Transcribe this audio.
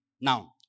Now